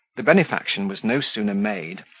the benefaction was no sooner made,